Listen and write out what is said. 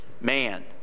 man